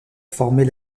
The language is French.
former